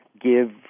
give